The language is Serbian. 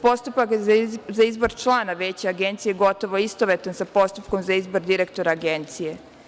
Postupak za izbor člana veća Agencije gotovo je istovetan sa postupkom za izbor direktora Agencije.